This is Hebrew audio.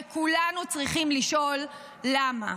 וכולנו צריכים לשאול למה.